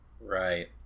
right